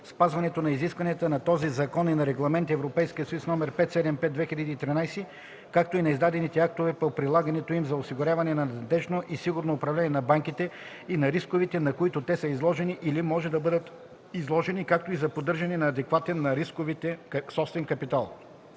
спазването на изискванията на този закон и на Регламент (ЕС) № 575/2013, както и на издадените актове по прилагането им за осигуряване на надеждно и сигурно управление на банките и на рисковете, на които те са изложени или може да бъдат изложени, както и за поддържане на адекватен на рисковете собствен капитал.